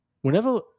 whenever